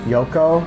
Yoko